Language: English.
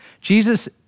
Jesus